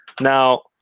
Now